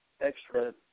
extra